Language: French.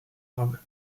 rome